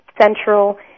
central